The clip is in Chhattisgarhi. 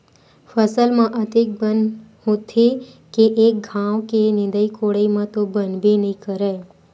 फसल म अतेक बन होथे के एक घांव के निंदई कोड़ई म तो बनबे नइ करय